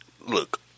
look